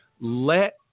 Let